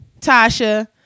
Tasha